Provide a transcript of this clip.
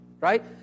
right